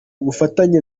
bufatanye